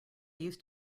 used